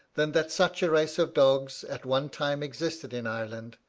than that such a race of dogs at one time existed in ireland,